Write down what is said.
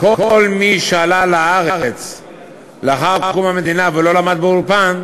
כל מי שעלה לארץ לאחר קום המדינה ולא למד באולפן,